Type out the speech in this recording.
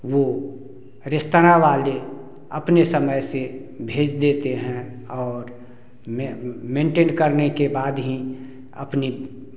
वो रेस्तरां वाले अपने समय से भेज देते हैं और में मेंटन करने के बाद ही अपनी